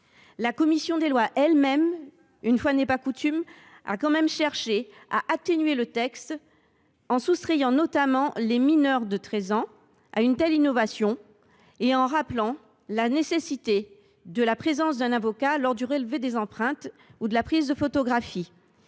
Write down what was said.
La commission des lois elle même – une fois n’est pas coutume !– a tout de même cherché à atténuer la dureté du texte, en soustrayant notamment les mineurs de 13 ans de son champ d’application, et en rappelant la nécessaire présence d’un avocat lors du relevé des empreintes ou de la prise de photographies.